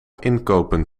inkopen